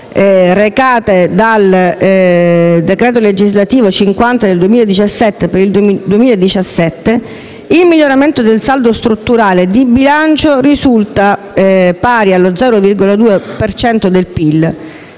recate dal decreto legislativo n. 50 del 2017, per l'anno 2017, il miglioramento del saldo strutturale di bilancio risulta pari a circa lo